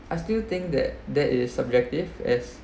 I still think that that is subjective as